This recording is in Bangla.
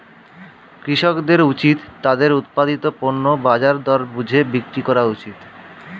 কৃষকদের উচিত তাদের উৎপাদিত পণ্য বাজার দর বুঝে বিক্রি করা উচিত